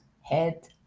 head